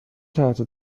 تحت